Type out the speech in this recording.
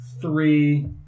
three